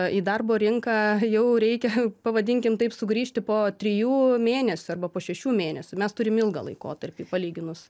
į darbo rinką jau reikia pavadinkim taip sugrįžti po trijų mėnesių arba po šešių mėnesių mes turim ilgą laikotarpį palyginus